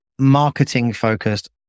marketing-focused